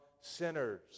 sinners